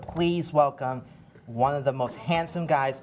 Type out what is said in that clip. please welcome one of the most handsome guys